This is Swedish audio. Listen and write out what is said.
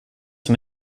som